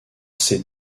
ses